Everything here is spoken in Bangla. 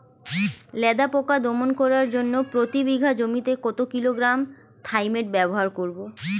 লেদা পোকা দমন করার জন্য প্রতি বিঘা জমিতে কত কিলোগ্রাম থাইমেট ব্যবহার করব?